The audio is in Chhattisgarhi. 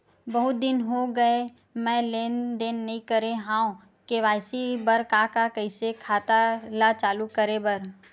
बहुत दिन हो गए मैं लेनदेन नई करे हाव के.वाई.सी बर का का कइसे खाता ला चालू करेबर?